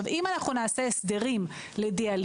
אם אנחנו נעשה הסדרים לדיאליזה,